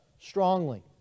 strongly